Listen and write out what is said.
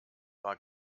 war